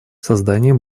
создание